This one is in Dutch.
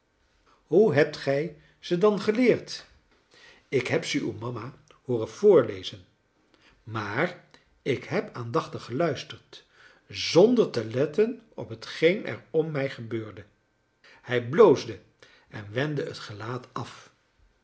hoe hebt gij ze dan geleerd ik heb ze uw mama hooren voorlezen maar ik heb aandachtig geluisterd zonder te letten op hetgeen er om mij gebeurde hij bloosde en wendde het gelaat af